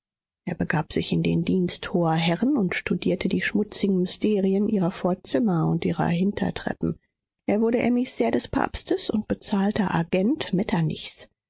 er begab sich in den dienst hoher herren und studierte die schmutzigen mysterien ihrer vorzimmer und ihrer hintertreppen er wurde emissär des papstes und bezahlter agent